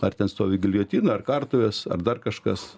ar ten stovi giljotina ar kartuvės ar dar kažkas